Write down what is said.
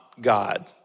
God